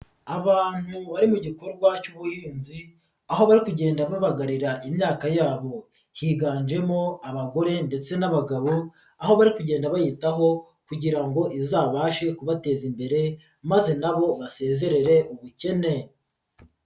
Abantu bari mu gikorwa cy'ubuhinzi aho bari kugenda babagarira imyaka yabo, higanjemo abagore ndetse n'abagabo, aho bari kugenda bayitaho kugira ngo izabashe kubateza imbere maze na bo basezerere ubukene.